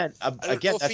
again